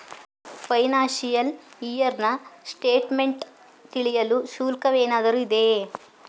Financial year ನ statement ತಿಳಿಯಲು ಶುಲ್ಕವೇನಾದರೂ ಇದೆಯೇ?